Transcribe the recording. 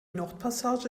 nordpassage